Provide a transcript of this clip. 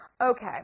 Okay